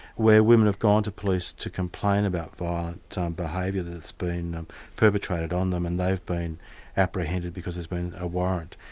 where women have gone to police to complain about violent um behaviour that's been perpetrated on them and they've been apprehended because there's been a warrant.